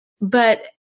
but-